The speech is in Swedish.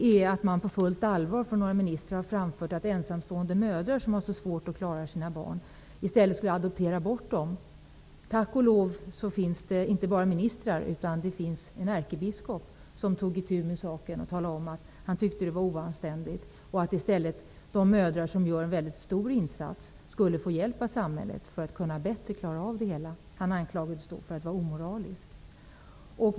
Några ministrar har på fullt allvar framfört att ensamstående mödrar som har så svårt att klara sina barn i stället skulle adoptera bort dem. Tack och lov finns det inte bara ministrar, utan det finns en ärkebiskop som tog itu med saken och talade om att han tyckte att detta var oanständigt. I stället skulle de mödrar som gör en väldigt stor insats få hjälp av samhället för att bättre kunna klara av situationen. Han anklagades då för att vara omoralisk.